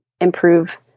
improve